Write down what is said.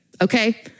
Okay